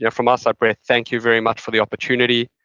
yeah from our side, brett, thank you very much for the opportunity.